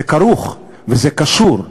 זה כרוך וזה קשור,